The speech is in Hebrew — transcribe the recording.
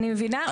אני מבינה,